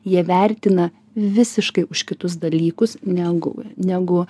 jie vertina visiškai už kitus dalykus negu negu